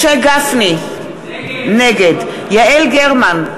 נגד משה גפני, נגד יעל גרמן,